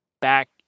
back